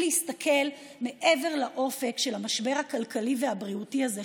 להסתכל מעבר לאופק של המשבר הכלכלי והבריאותי הזה,